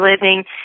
living